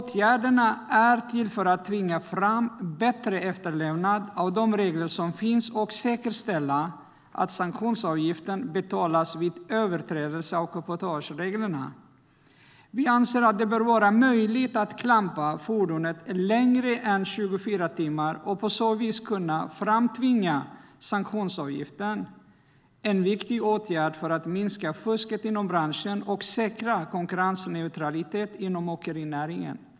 Åtgärderna är till för att tvinga fram bättre efterlevnad av de regler som finns och säkerställa att sanktionsavgiften betalas vid överträdelse av cabotagereglerna. Vi anser att det bör vara möjligt att klampa fordonet längre än 24 timmar och på så vis kunna framtvinga sanktionsavgiften, en viktig åtgärd för att minska fusket inom branschen och säkra konkurrensneutraliteten inom åkerinäringen.